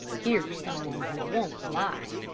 here's some one who won't lie,